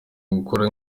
gukora